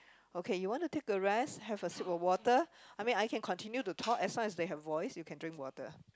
okay you want to take a rest have a slip of water I mean I can continue to talk as long as they have voice you can drink water